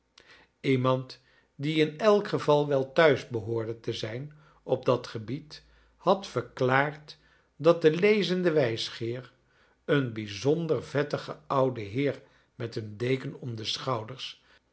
iemand die in elk geval wel thuis behoorde te zijn op dat gebied had verklaard dat de lezende wijsgeer een bijzonder vettige oude heer met een deken om de schouders